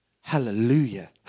Hallelujah